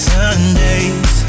Sundays